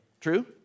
True